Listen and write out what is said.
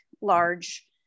large